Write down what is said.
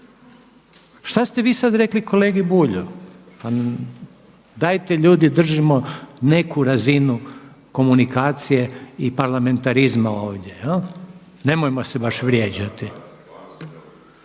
šta ste vi sada rekli kolegi Bulju? Dajte ljudi držimo neku razinu komunikacije i parlamentarizma ovdje. Nemojmo se baš vrijeđati.